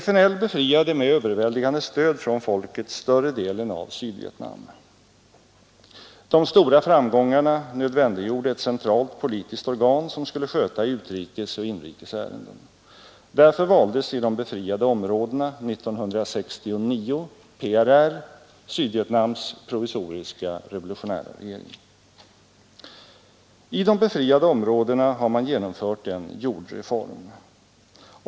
FNL befriade med överväldigande stöd från folket större delen av Sydvietnam. De stora framgångarna nödvändiggjorde ett centralt politiskt organ som skulle sköta urikes och inrikes ärenden. Därför valdes i de befriade områdena 1969 PRR — Sydvietnams provisoriska revolutionära regering. I de befriade områdena har man genomfört en jordreform.